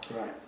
Right